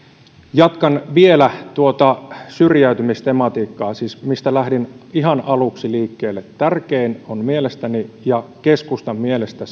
jatkan vielä tuota syrjäytymistematiikkaa siis sitä mistä lähdin ihan aluksi liikkeelle tärkeintä on mielestäni ja keskustan mielestä